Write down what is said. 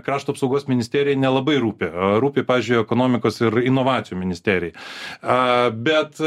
krašto apsaugos ministerijai nelabai rūpi rūpi pavyzdžiui ekonomikos ir inovacijų ministerijai a bet